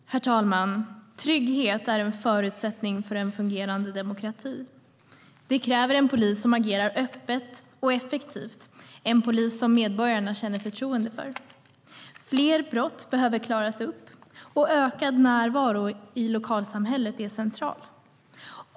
Herr talman! Trygghet är en förutsättning för en fungerande demokrati. Det kräver en polis som agerar öppet och effektivt - en polis som medborgarna känner förtroende för. Fler brott behöver klaras upp, och ökad närvaro i lokalsamhället är centralt.